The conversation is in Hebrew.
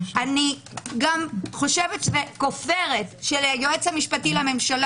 אני גם כופרת בכך שהיועץ המשפטי לממשלה